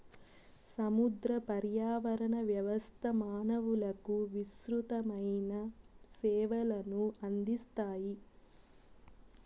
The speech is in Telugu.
సముద్ర పర్యావరణ వ్యవస్థ మానవులకు విసృతమైన సేవలను అందిస్తాయి